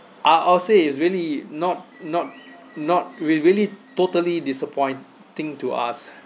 I I'll say is really not not not we really totally disappointing to us